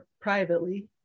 privately